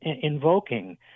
invoking